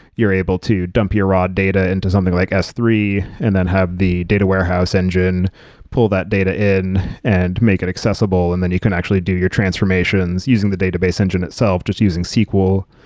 you're able to dump your raw data into something like s three and then have the data warehouse engine pull that data in and make it accessible. and then you can actually do your transformations using the database engine itself just using sql.